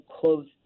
close